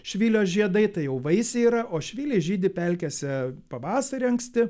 švylio žiedai tai jau vaisiai yra o švyliai žydi pelkėse pavasarį anksti